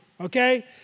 okay